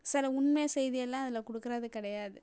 சில உண்மை செய்தி எல்லாம் இதில் கொடுக்கறது கிடையாது